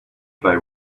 play